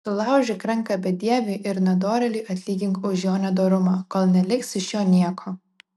sulaužyk ranką bedieviui ir nedorėliui atlygink už jo nedorumą kol neliks iš jo nieko